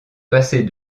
passer